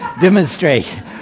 Demonstrate